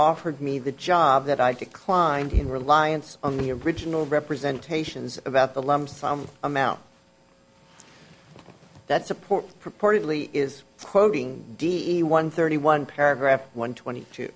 offered me the job that i declined in reliance on the original representation is about the lump sum amount that support purportedly is quoting one thirty one paragraph one twenty two